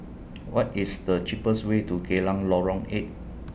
What IS The cheapest Way to Geylang Lorong eight